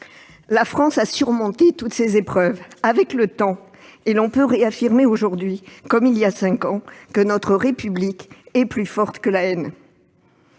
La France a surmonté toutes ces épreuves avec le temps, et l'on peut réaffirmer, aujourd'hui, comme il y a cinq ans, que notre République est plus forte que la haine.